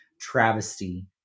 travesty